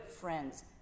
friends